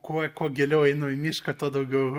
kuo kuo giliau einu į mišką tuo daugiau